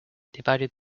divided